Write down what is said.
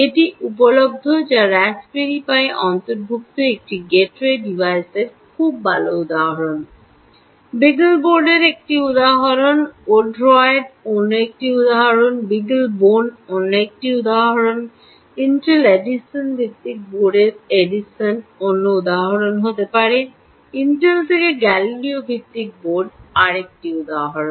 এটি উপলব্ধ যা রাস্পবেরি পাই অন্তর্ভুক্ত একটি গেটওয়ে ডিভাইসের খুব ভাল উদাহরণ বিগলবোর্ড এর একটি উদাহরণ ওড্রয়েড অন্য একটি উদাহরণ বিগলেবোন অন্য একটি উদাহরণ ইন্টেল এডিসন ভিত্তিক বোর্ডের এডিসন অন্য উদাহরণ হতে পারে ইন্টেল থেকে গ্যালিলিও ভিত্তিক বোর্ড আরেকটি উদাহরণ